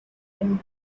him